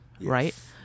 right